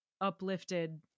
uplifted